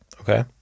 Okay